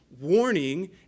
warning